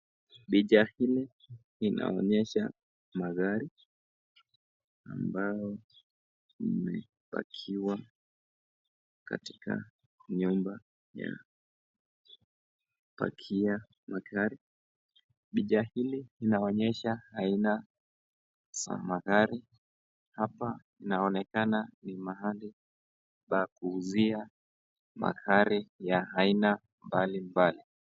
Picha hili linaonesha magari ambayo imepakiwa katika nyumba ya kupakia magari. Picha hili inaonesha aina za magari. Hapa inaonekana ni mahali ya kuuzia magari ya aina mbali mbali.